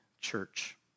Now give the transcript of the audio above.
church